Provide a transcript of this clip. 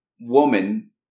woman